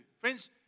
Friends